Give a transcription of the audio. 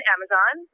Amazon